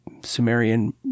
Sumerian